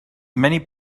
many